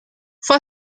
fue